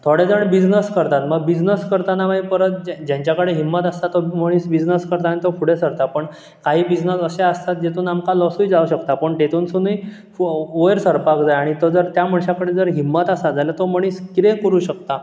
थोडे जाण बिझनस करतात मग बिझनस करताना माई परत जे जेंच्या कडेन हिम्मत आसता तो मनीस बिझनस करता आनी तो फुडें सरता पण काही बिझनस अशें आसता जेतून आमकां लॉसूय जावंक शकता पूण तेतुनसुनूय फू वयर सरपाक जाय आनी तो जर त्या मनशा कडेन जर हिम्मत आसा जाल्यार तो मनीस कितेंय करूंक शकता